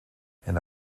and